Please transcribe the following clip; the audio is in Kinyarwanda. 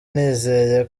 nizeye